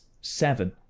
seven